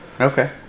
Okay